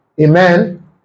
Amen